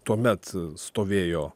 tuomet stovėjo